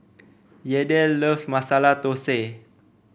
Yadiel love Masala Thosai